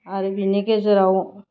आरो बेनि गेजेराव